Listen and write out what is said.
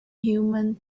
human